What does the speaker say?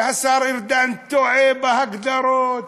השר ארדן טועה בהגדרות,